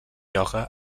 ioga